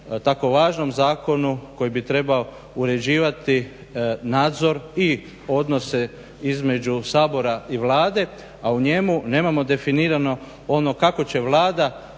tako važnom zakonu koji bi trebao uređivati nadzor i odnose između Sabora i Vlade, a u njemu nemamo definirano ono kako će Vlada